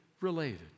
related